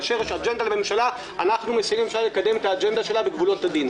כאשר יש אג'נדה לממשלה אנחנו מנסים לקדם את האג'נדה שלה בגבולות הדין.